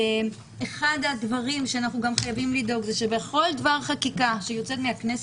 אחד הדברים שאנחנו חייבים לדאוג הוא שבכל דבר חקיקה שיוצאת מהכנסת,